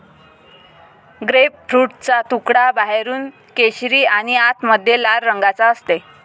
ग्रेपफ्रूटचा तुकडा बाहेरून केशरी आणि आतमध्ये लाल रंगाचा असते